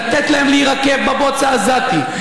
לתת להם להירקב בבוץ העזתי,